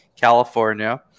California